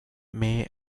may